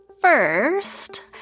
first